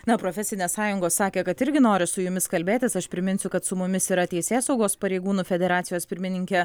na profesinės sąjungos sakė kad irgi nori su jumis kalbėtis aš priminsiu kad su mumis yra teisėsaugos pareigūnų federacijos pirmininkė